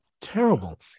terrible